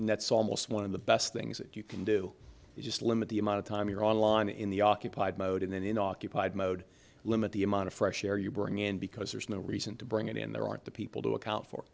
and that's almost one of the best things that you can do is just limit the amount of time you're online in the occupied mode and then in occupied mode limit the amount of fresh air you bring in because there's no reason to bring it in there aren't the people to account for